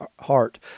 heart